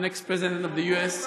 the next President of the U.S.,